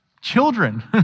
children